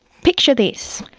picture this,